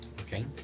okay